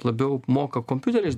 labiau moka kompiuteriais